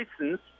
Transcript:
license